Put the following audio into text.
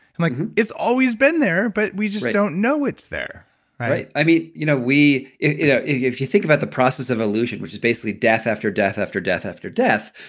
and like it's always been there but we just don't know it's there i mean you know if you think about the process of illusion which is basically death after death after death after death,